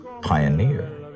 pioneer